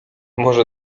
może